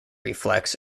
reflex